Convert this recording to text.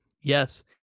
Yes